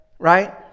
right